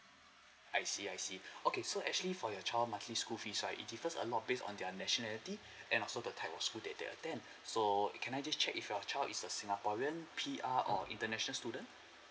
I see I see okay so actually for your child monthly school fees right it differs a lot based on their nationality and also the type of school that they attend so can I just check if your child is a singaporean P_R or international student